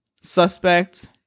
suspect